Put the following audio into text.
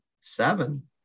seven